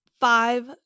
five